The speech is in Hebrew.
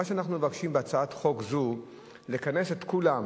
מה שאנחנו מבקשים בהצעת חוק זו זה לכנס את כולם